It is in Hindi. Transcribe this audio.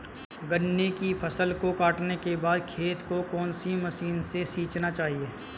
गन्ने की फसल काटने के बाद खेत को कौन सी मशीन से सींचना चाहिये?